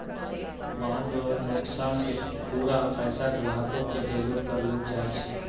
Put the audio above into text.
वाहन रो नोकसान के पूरा पैसा ग्राहक के देलो करलो जाय छै